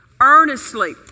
earnestly